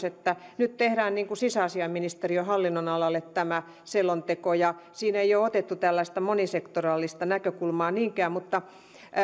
että nyt tehdään sisäasiainministeriön hallinnonalalle tämä selonteko ja siinä ei ole otettu tällaista monisektoraalista näkökulmaa niinkään mutta